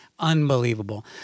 Unbelievable